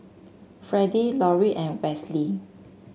Freddie Lorie and Westley